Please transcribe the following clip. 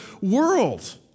world